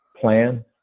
plan